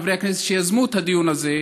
חברי הכנסת שיזמו את הדיון הזה,